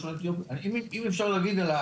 אם אפשר להגיד,